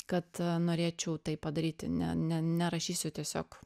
kad norėčiau tai padaryti ne ne nerašysiu tiesiog